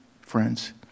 friends